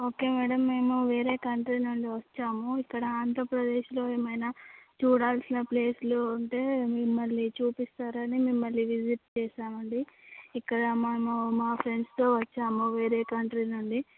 okay madam మేము వేరే country నుండి వచ్చాము ఇక్కడ ఆంధ్రప్రదేశ్లో ఏమైనా చూడాల్సిన ప్లేసులు ఉంటే మిమ్మల్ని చూపిస్తారని మిమ్మల్ని విజిట్ చేశామండి ఇక్కడ మేము మా ఫ్రెండ్స్ తో వచ్చాము వేరే కంట్రీ నుండి